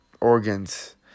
organs